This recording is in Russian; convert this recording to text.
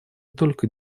только